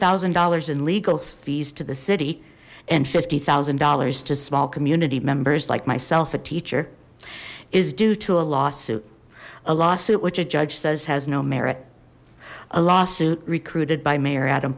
thousand dollars in legal fees to the city and fifty thousand dollars to small community members like myself a teacher is due to a lawsuit a lawsuit which a judge says has no merit a lawsuit recruited by mayor adam